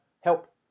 help